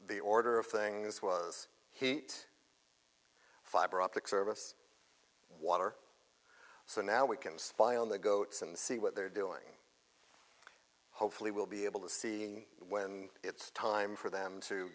the order of things was heat fiber optic service water so now we can spy on the goats and see what they're doing hopefully we'll be able to see when it's time for them to